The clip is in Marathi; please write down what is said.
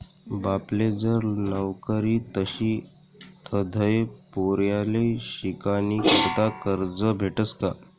बापले जर नवकरी नशी तधय पोर्याले शिकानीकरता करजं भेटस का?